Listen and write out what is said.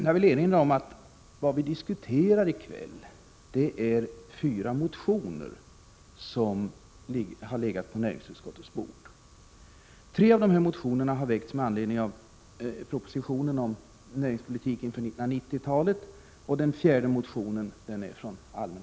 Jag vill erinra om att vi i dag diskuterar fyra motioner som legat på näringsutskottets bord. Tre av dem väcktes med anledning av propositionen om näringspolitik för 1990-talet. Den fjärde är från allmänna motionstiden.